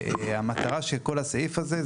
המטרה של כל הסעיף הזה,